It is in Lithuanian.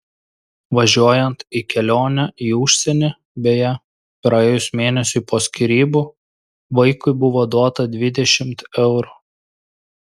važiuojant į kelionę į užsienį beje praėjus mėnesiui po skyrybų vaikui buvo duota dvidešimt eurų